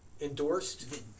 endorsed